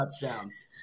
touchdowns